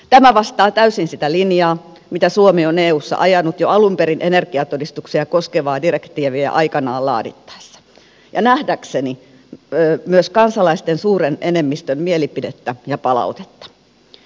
tämä vastaa täysin sitä linjaa mitä suomi on eussa ajanut jo alun perin energiatodistuksia koskevaa direktiiviä aikanaan laadittaessa ja nähdäkseni myös kansalaisten suuren enemmistön mielipidettä ja palautetta